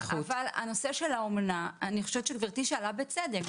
בנושא של האומנה, אני חושבת שגברתי שאלה בצדק.